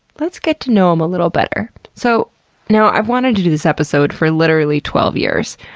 let's get to know em a little better. so now, i've wanted to do this episode for, literally, twelve years.